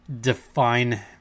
define